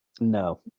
No